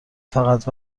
فقط